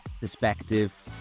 perspective